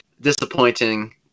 disappointing